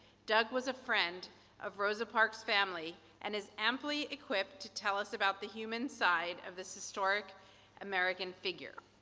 doug was a friend of rosa parks' family and is amply equipped to tell us about the human side of this historic american figure.